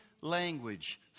language